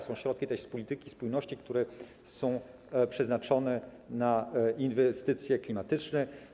Są też środki z polityki spójności, które są przeznaczane na inwestycje klimatyczne.